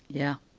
yeah,